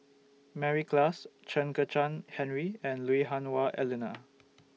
Mary Klass Chen Kezhan Henri and Lui Hah Wah Elena